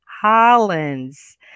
Hollins